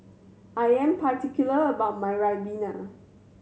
I am particular about my ribena